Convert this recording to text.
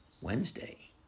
Wednesday